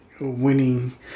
winning